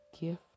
gift